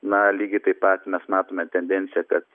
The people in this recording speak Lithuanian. na lygiai taip pat mes matome tendenciją kad